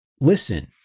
Listen